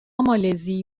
مالزی